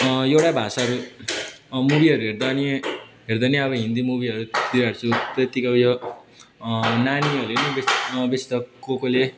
एउटा भाषाहरू मुभीहरू हेर्दा पनि हेर्दा पनि अब हिन्दी मुभीहरू त्यो हेर्छु त्यतिको उयो नानीहरूले नि बेसी बेसी कस कसले